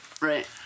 Right